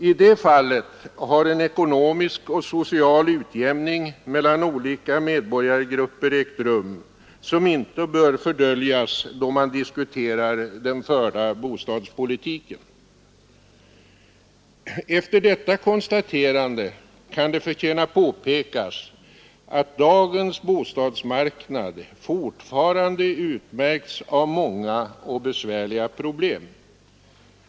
I det fallet har en ekonomisk och social utjämning mellan olika medborgargrupper ägt rum, som inte bör fördöljas då man diskuterar den förda bostadspolitiken. Efter detta konstaterande kan det förtjäna påpekas att dagens bostadsmarknad fortfarande utmärks av många och besvärliga problem.